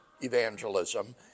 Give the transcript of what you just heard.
evangelism